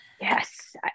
Yes